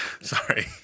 Sorry